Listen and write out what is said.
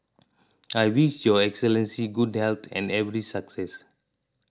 I wish Your Excellency good health and every success